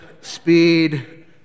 speed